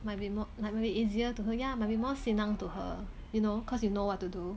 might be more like may be easier to her ya maybe more senang to her you know cause you know what to do